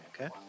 Okay